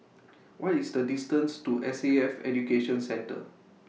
What IS The distance to S A F Education Centre